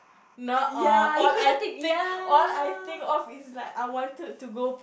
not all all I think all I think of is like I wanted to go